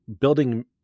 building